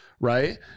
right